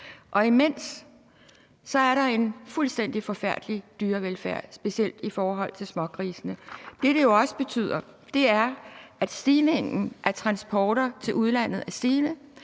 og imens er der en fuldstændig forfærdelig dyrevelfærd, specielt i forhold til smågrisene. Det, det jo også betyder, er en stigning i antallet af transporter til udlandet. Det